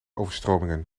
overstromingen